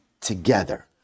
together